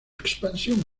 expansión